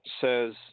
says